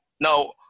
Now